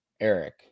Eric